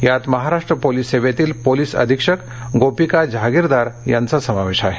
यात महाराष्ट्र पोलीस सेवेतील पोलीस अधिक्षक गोपिका जहागीरदार यांचा समावेश आहे